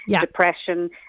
depression